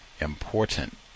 important